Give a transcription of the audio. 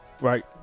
right